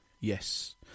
Yes